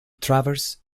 travers